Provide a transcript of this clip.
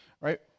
right